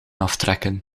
aftrekken